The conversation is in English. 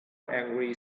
angry